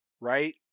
right